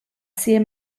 sia